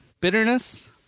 Bitterness